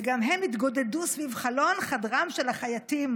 וגם הם התגודדו סביב חלון חדרם של החייטים